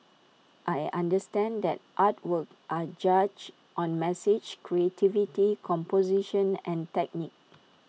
I understand that artworks are judged on message creativity composition and technique